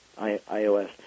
iOS